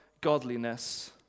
godliness